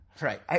Right